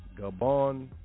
Gabon